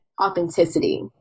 authenticity